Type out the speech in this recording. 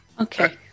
Okay